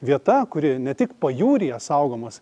vieta kuri ne tik pajūryje saugomas